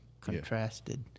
contrasted